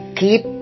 keep